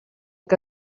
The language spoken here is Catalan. que